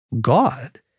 God